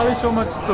so much